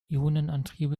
ionenantriebe